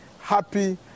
happy